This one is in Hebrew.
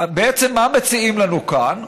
בעצם מה מציעים לנו כאן,